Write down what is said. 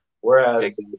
Whereas